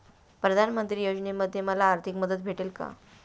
प्रधानमंत्री योजनेमध्ये मला आर्थिक मदत भेटेल का?